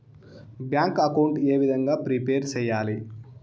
Bank account ఏ విధంగా prepare సెయ్యాలి?